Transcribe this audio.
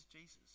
Jesus